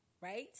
Right